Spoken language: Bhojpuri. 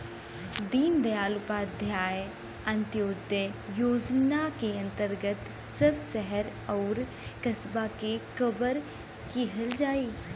दीनदयाल उपाध्याय अंत्योदय योजना के अंदर सब शहर आउर कस्बा के कवर किहल जाई